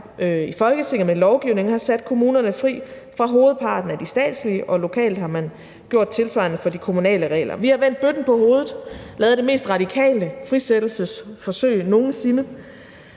i Folketinget med lovgivning har sat kommunerne fri fra hovedparten af de statslige regler, og lokalt har man gjort tilsvarende for de kommunale regler. Vi har vendt bøtten på hovedet og lavet det mest radikale frisættelsesforsøg nogen sinde.